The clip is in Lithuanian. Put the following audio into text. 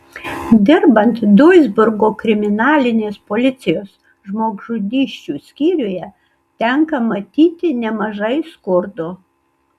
dirbant duisburgo kriminalinės policijos žmogžudysčių skyriuje tenka matyti nemažai skurdo